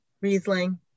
Riesling